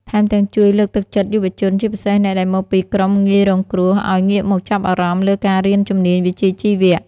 ថែមទាំងជួយលើកទឹកចិត្តយុវជន ជាពិសេសអ្នកដែលមកពីក្រុមងាយរងគ្រោះ ឱ្យងាកមកចាប់អារម្មណ៍លើការរៀនជំនាញវិជ្ជាជីវៈ។